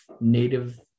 native